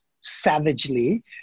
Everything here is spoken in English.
savagely